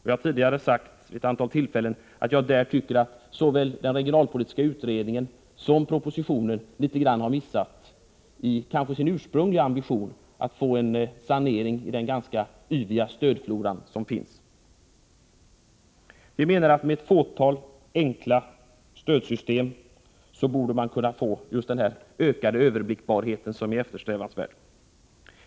Jag har tidigare sagt vid ett antal tillfällen att jag tycker att man såväl i den regionalpolitiska utredningen som i propositionen litet grand har missat en del av den ursprungliga ambitionen, nämligen att få en sanering till stånd i den ganska yviga stödflora som finns. Vi menar att man med ett fåtal enkla stödsystem borde kunna få en ökad överblickbarhet som är eftersträvansvärd.